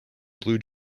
blue